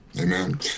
Amen